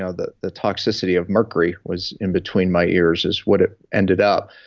ah the the toxicity of mercury was in between my ears is what it ended up.